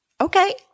Okay